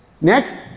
Next